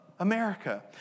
America